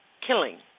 killing